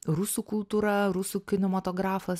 rusų kultūra rusų kinematografas